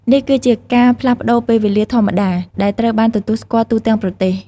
នេះគឺជាការផ្លាស់ប្តូរពេលវេលាធម្មតា ដែលត្រូវបានទទួលស្គាល់ទូទាំងប្រទេស។